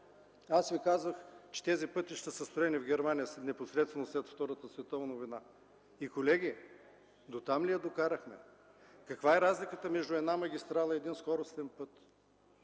Казах Ви, че тези пътища са строени в Германия непосредствено след Втората световна война. Колеги, дотам ли я докарахме? Каква е разликата между магистрала и скоростен път?